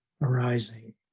arising